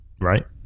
right